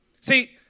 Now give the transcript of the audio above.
See